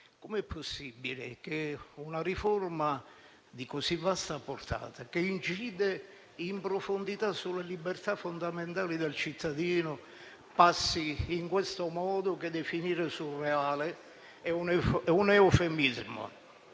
Com'è possibile che una riforma di così vasta portata, che incide in profondità sulle libertà fondamentali del cittadino, passi in questo modo, che definire surreale è un eufemismo?